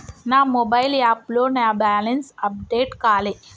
నా మొబైల్ యాప్లో నా బ్యాలెన్స్ అప్డేట్ కాలే